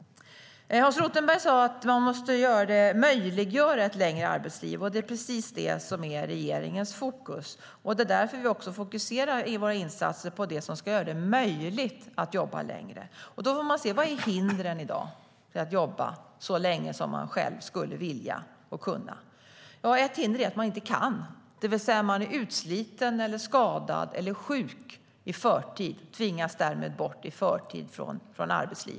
Hans Rothenberg sa att man måste möjliggöra ett längre arbetsliv, och det är precis det som är regeringens fokus. Det är också därför vi fokuserar våra insatser på det som ska göra det möjligt att jobba längre. Då får vi se vilka hinder som finns i dag för att jobba så länge som man själv skulle vilja och kunna. Ett hinder är att man inte kan, det vill säga man är utsliten, skadad eller sjuk och tvingas därmed bort från arbetslivet i förtid.